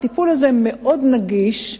הטיפול הזה מאוד נגיש,